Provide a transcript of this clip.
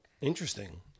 Interesting